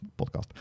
podcast